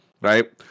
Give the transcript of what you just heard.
Right